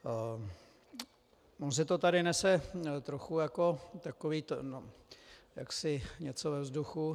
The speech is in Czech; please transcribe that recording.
Ono se to tady nese trochu jako takový to, no, jaksi něco ve vzduchu.